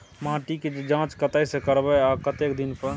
माटी के ज जॉंच कतय से करायब आ कतेक दिन पर?